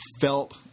felt